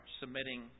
submitting